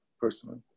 personally